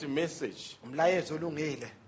message